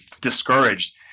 discouraged